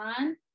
on